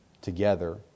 together